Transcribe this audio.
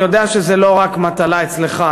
אני יודע שזה לא רק מטלה שלך,